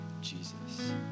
Jesus